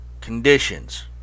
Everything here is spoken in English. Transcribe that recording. conditions